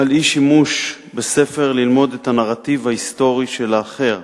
על אי-שימוש בספר "ללמוד את הנרטיב ההיסטורי של האחר"